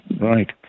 Right